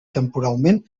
temporalment